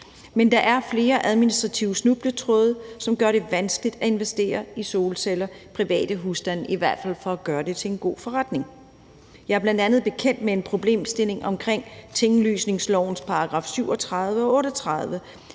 Men der er flere administrative snubletråde, som gør det vanskeligt at investere i solceller i private husstande, i hvert fald for at gøre det til en god forretning. Jeg er bl.a. bekendt med en problemstilling omkring tinglysningslovens §§ 37 og 38,